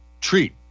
treat